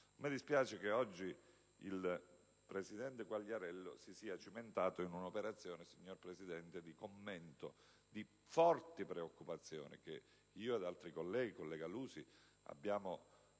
Mi dispiace che oggi il presidente Quagliariello si sia cimentato in un'operazione, signor Presidente, di commento di forti preoccupazioni che io ed altri senatori, tra cui il senatore